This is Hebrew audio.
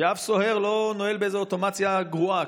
שאף סוהר לא ינעל באיזו אוטומציה גרועה,